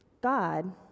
God